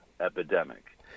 epidemic